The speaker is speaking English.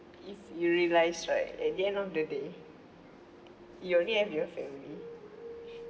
if you realise right at the end of the day you only have your family